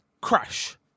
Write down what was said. Crash